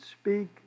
speak